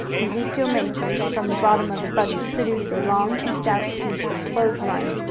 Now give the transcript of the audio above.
ezekiel mason from the bottom of the buggy produced a long and stout piece of clothes-line.